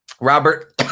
Robert